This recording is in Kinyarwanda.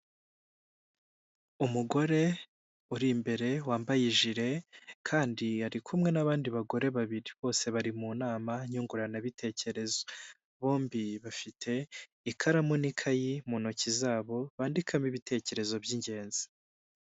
Umugore uri imbere wambaye ijile kandi ari kumwe n'abandi bagore babiri bose bari mu nama nyunguranabitekerezo bombi bafite ikaramu n'ikayi mu ntoki zabo bandikamo ibitekerezo by'ingenzi.